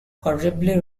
horribly